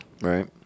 Right